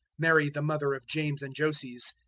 mary the mother of james and joses,